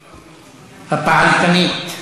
הפעלתנית.